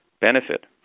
benefit